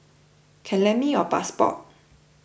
can lend me your passport